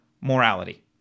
morality